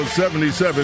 77